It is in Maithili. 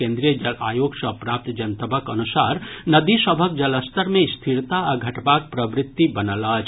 केंद्रीय जल आयोग सँ प्राप्त जनतबक अनुसार नदी सभक जलस्तर मे स्थिरता आ घटबाक प्रवृति बनल अछि